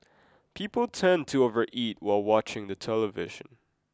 people tend to overeat while watching the television